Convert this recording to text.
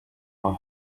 for